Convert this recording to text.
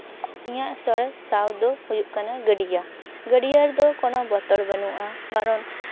ᱚᱧᱟᱹᱜ ᱥᱚᱨᱮᱥ ᱥᱟᱶ ᱫᱚ ᱦᱩᱭᱩᱜ ᱠᱟᱱᱟ ᱜᱟᱹᱰᱭᱟᱹ ᱜᱟᱹᱰᱭᱟᱹ ᱨᱮᱫᱚ ᱵᱚᱛᱚᱨ ᱵᱟᱹᱱᱩᱜᱼᱟ ᱠᱟᱨᱚᱱ